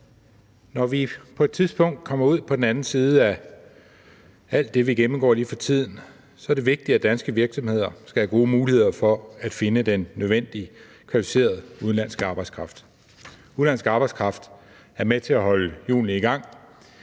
Når vi på et tidspunkt kommer ud på den anden side af alt det, vi gennemgår for tiden, er det vigtigt, at danske virksomheder skal have gode muligheder for at finde den nødvendige kvalificerede arbejdskraft. Udenlandsk arbejdskraft er med til at holde hjulene i gang.